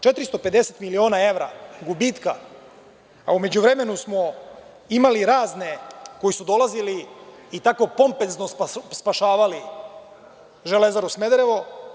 Dakle, 450 miliona evra gubitka, a u međuvremenu smo imali razne koji su dolazili i tako pompezno spašavali „Železaru Smederevo“